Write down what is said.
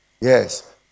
Yes